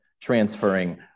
transferring